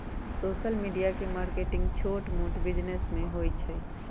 social media marketing छोट मोट business में होई छई